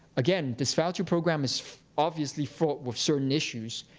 again, this voucher program is obviously fraught with certain issues.